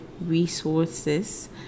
resources